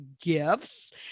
gifts